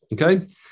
Okay